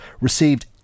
received